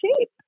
shape